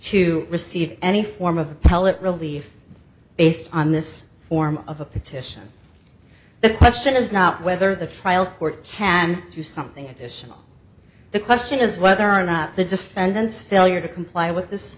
to receive any form of appellate relief based on this form of a petition the question is not whether the trial court can do something additional the question is whether or not the defendant's failure to comply with this